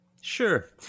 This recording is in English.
Sure